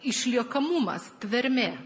išliekamumas tvermė